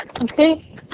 Okay